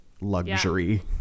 luxury